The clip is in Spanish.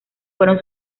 fueron